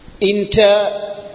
inter